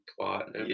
plot